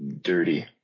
dirty